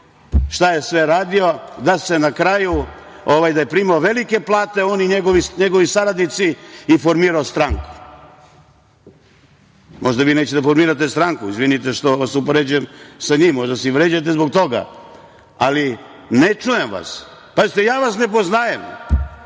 šta je sve radio, da je primao velike plate, on i njegovi saradnici, i formirao stranku. Možda vi nećete da formirate stranku, izvinite što vas upoređujem sa njim. Možda se i vređate zbog toga. Ali, ne čujem vas. Pazite, ja vas ne poznajem.